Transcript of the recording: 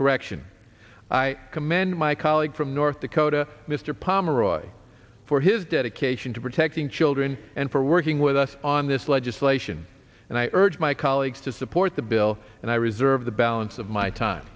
correction i commend my colleague from north dakota mr pomeroy for his dedication to protecting children and for working with us on this legislation and i urge my colleagues to support the bill and i reserve the balance of my time